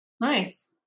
Nice